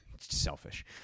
Selfish